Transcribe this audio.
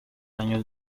año